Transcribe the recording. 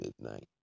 Midnight